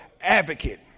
advocate